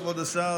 כבוד השר,